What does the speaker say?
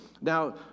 Now